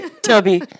Tubby